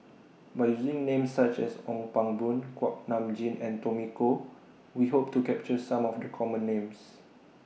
By using Names such as Ong Pang Boon Kuak Nam Jin and Tommy Koh We Hope to capture Some of The Common Names